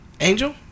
Angel